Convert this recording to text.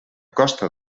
costa